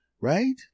right